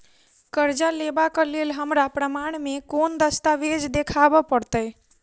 करजा लेबाक लेल हमरा प्रमाण मेँ कोन दस्तावेज देखाबऽ पड़तै?